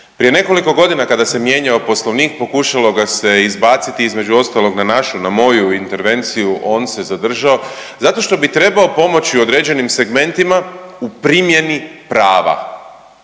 Prije nekoliko godina kada se mijenjao Poslovnik pokušalo ga se izbaciti između ostalog na našu, na moju intervenciju. On se zadržao zato što bi trebao pomoći određenim segmentima u primjeni prava,